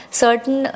certain